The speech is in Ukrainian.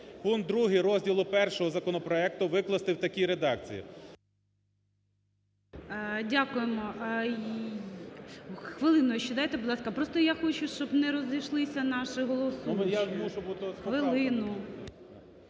Пункт 2 розділу І законопроекту викласти в такій редакції…